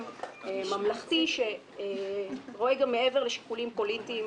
ממלכתי שרואה גם מעבר לשיקולים פוליטיים